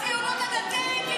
הציונות הדתית?